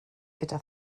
gyda